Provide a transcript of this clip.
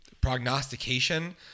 prognostication